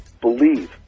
Believe